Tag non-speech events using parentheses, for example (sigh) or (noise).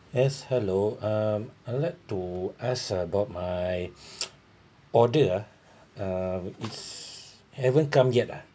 yes hello uh I like to ask about my (noise) order ah it's haven't come yet ah